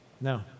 No